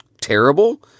terrible